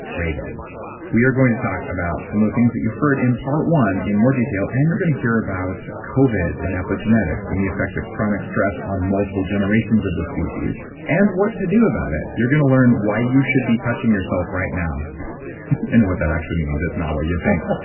we are going to talk about some of the things that you've heard in part one in more detail. and you're going to hear about covid and epigenetics and the effect of chronic stress on multiple generations of the species and what to do about it. you're going to learn why you should be touching yourself right now and what that actually means. it's not what you think.